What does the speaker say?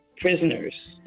prisoners